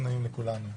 הכנסת.